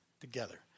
together